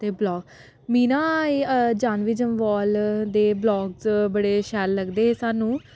ते मीं ना जानवी जम्बाल दे वलॉग बड़े शैल लगदे साह्नू